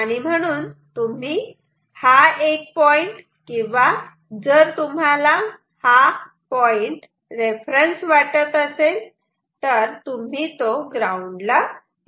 म्हणून तुम्ही हा एक पॉईंट किंवा जर तुम्हाला हा पॉईंट रेफरन्स वाटत असेल तर तुम्ही तो ग्राउंड ला जोडू शकतात